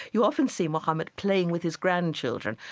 you often see muhammad playing with his grandchildren,